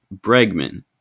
Bregman